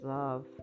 love